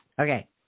Okay